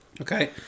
Okay